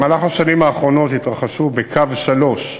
במהלך השנים האחרונות התרחשו בקו 3,